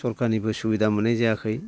सरखारनिबो सुबिदा मोननाय जायाखै